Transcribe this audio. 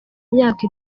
imyaka